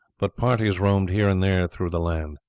but parties roamed here and there through the land.